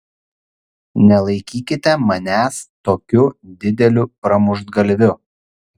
nelaikykite manęs tokiu dideliu pramuštgalviu